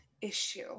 issue